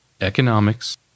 Economics